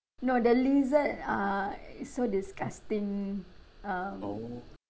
no the lizard uh it's so disgusting um